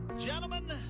Gentlemen